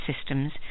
systems